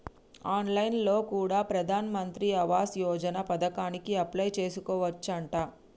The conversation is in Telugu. ఆన్ లైన్ లో కూడా ప్రధాన్ మంత్రి ఆవాస్ యోజన పథకానికి అప్లై చేసుకోవచ్చునంట